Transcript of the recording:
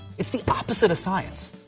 it's the opposite of science.